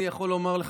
אני יכול לומר לך,